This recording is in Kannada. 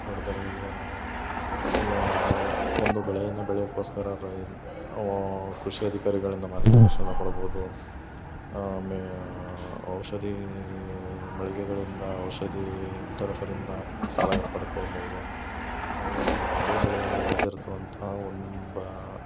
ಬಡದಲಿ ಈಗ ನಾವು ಈಗ ಒಂದು ಬೆಳೆಯನ್ನು ಬೆಳೆಯಕ್ಕೋಸ್ಕರ ರೈನ್ ಅವು ಕೃಷಿ ಅಧಿಕಾರಿಗಳಿಂದ ಮಾರ್ಗದರ್ಶನ ಪಡಬೋದು ಆಮೇ ಔಷಧಿ ಮಳಿಗೆಗಳಿಂದ ಔಷಧಿ ವಿತರಕರಿಂದ ಸಲಹೆ ಪಡ್ಕೊಳ್ಳಬಹುದು ಹಾಗೇ ನಾವು ಅದೇ ಬೆಳೆಯನ್ನ ಬೆಳ್ದಿರ್ತವಂತಹ ಒನ್ ಬಾ